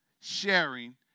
Sharing